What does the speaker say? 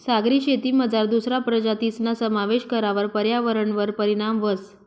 सागरी शेतीमझार दुसरा प्रजातीसना समावेश करावर पर्यावरणवर परीणाम व्हस